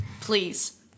Please